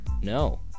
no